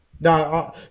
No